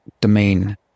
domain